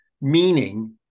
Meaning